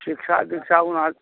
शिक्षा दिक्षा ओना